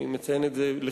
אני מציין את זה לחיוב,